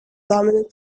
dominant